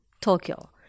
Tokyo